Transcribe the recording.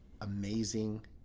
amazing